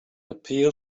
appeal